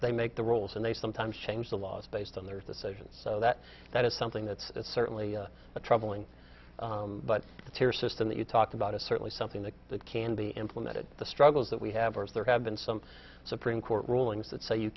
they make the rules and they sometimes change the laws based on their decisions so that that is something that's certainly a troubling but the tears system that you talked about is certainly something that can be implemented the struggles that we have as there have been some supreme court rulings that say you